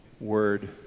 word